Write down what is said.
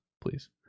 please